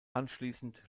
anschließend